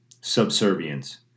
subservience